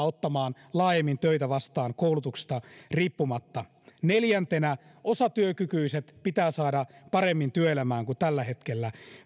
ottamaan laajemmin töitä vastaan koulutuksesta riippumatta neljä osatyökykyiset pitää saada paremmin työelämään kuin tällä hetkellä